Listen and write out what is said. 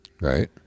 Right